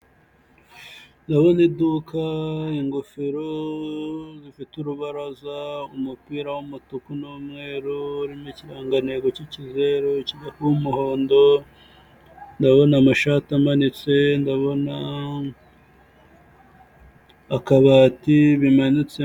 Ndabona iduka, ingofero zifite urubaraza, umupira w'umutuku n'umweru urimo ikirangantego cy'ikizeru kijya kuba umuhondo, ndabona amashati amanitse, ndabona akabati bimanitsemo.